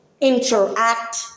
interact